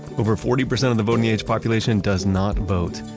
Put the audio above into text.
over forty percent of the voting age population does not vote.